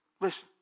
Listen